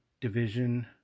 division